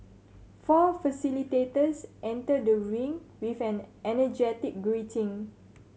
four facilitators enter the ring with an energetic greeting